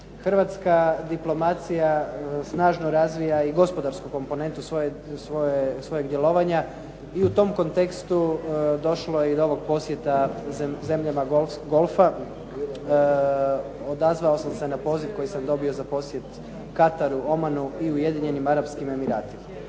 Hrvatska diplomacija snažno razvija i gospodarsku komponentu svojeg djelovanja i u tom kontekstu došlo je i do ovog posjeta zemljama GAULF-a. Odazvao sam se na poziv koji sam dobio za posjet Kataru, Omanu i Ujedinjenim Arapskim Emiratima.